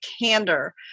candor